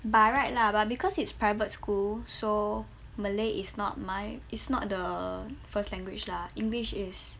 by right lah but because it's private school so malay is not my is not the first language lah english is